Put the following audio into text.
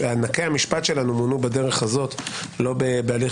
ענקי המשפט שלנו מונו כך - ולא בהליך